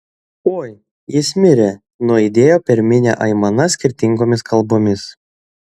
oi jis mirė nuaidėjo per minią aimana skirtingomis kalbomis